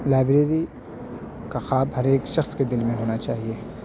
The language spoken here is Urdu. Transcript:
لائبریری کا خواب ہر ایک شخص کے دل میں ہونا چاہیے